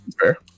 Fair